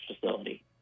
facility